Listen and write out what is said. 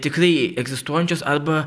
tikrai egzistuojančios arba